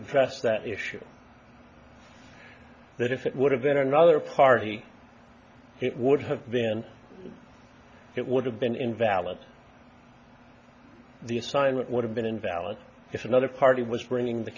address that issue that if it would have been another party it would have been it would have been invalid the assignment would have been invalid if another party was bringing the